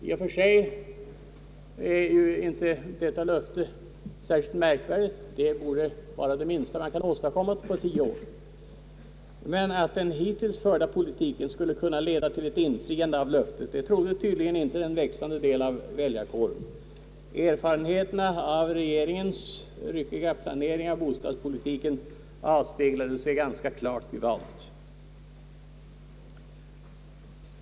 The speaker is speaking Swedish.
I och för sig är inte detta löfte särskilt märkvärdigt. Det borde vara det minsta man kan åstadkomma på tio år, men att den hittills förda politiken skulle kunna leda till ett infriande av löftet trodde tydligen inte en växande del av väljarkåren. Erfarenheterna av regeringens ryckiga planering av bostadspolitiken avspeglade sig ganska klart i valet.